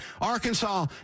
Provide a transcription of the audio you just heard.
Arkansas